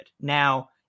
Now